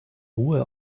ruhe